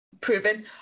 proven